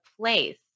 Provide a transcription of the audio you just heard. place